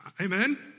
Amen